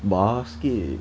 basket